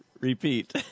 Repeat